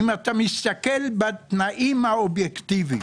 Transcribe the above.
אם אתה מסתכל בתנאים האובייקטיביים,